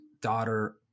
daughter